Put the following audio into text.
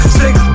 six